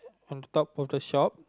on top of the shop